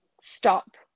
stop